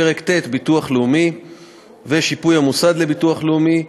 פרק ט' (ביטוח לאומי ושיפוי המוסד לביטוח לאומי),